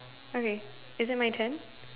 okay is that my turn